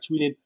tweeted